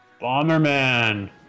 Bomberman